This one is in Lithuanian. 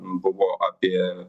buvo apie